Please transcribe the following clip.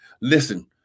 Listen